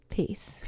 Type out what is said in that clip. Peace